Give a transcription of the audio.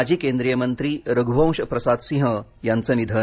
माजी केंद्रीय मंत्री रघुवंश प्रसाद सिंह यांचं निधन